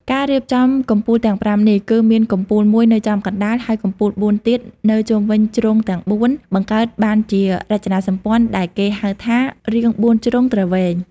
ការរៀបចំកំពូលទាំងប្រាំនេះ គឺមានកំពូលមួយនៅចំកណ្តាល ហើយកំពូលបួនទៀតនៅជុំវិញជ្រុងទាំងបួន បង្កើតបានជារចនាសម្ព័ន្ធដែលគេហៅថា រាងបួនជ្រុងទ្រវែង។